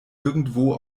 irgendwo